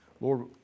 Lord